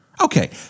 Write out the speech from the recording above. Okay